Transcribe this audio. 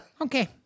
Okay